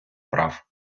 прав